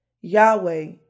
Yahweh